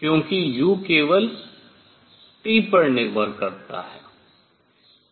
क्योंकि U केवल T पर निर्भर करता है